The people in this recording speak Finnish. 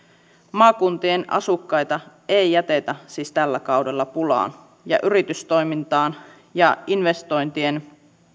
maakuntien asukkaita ei jätetä siis tällä kaudella pulaan yritystoimintaan ja investointien